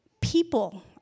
people